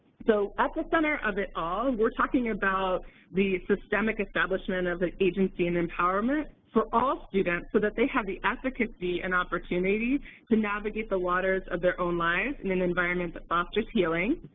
so at the center of it all, we're talking about the systemic establishment of the agency and empowerment for all students so that they have the efficacy and opportunity to navigate the waters of their own lives in an environment that fosters healing,